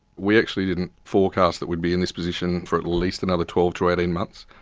we actually didn't forecast that we'd be in this position for at least another twelve to eighteen months,